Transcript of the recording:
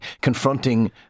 confronting